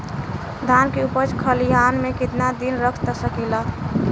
धान के उपज खलिहान मे कितना दिन रख सकि ला?